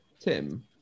Tim